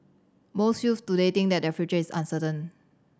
most youths today think that their future is uncertain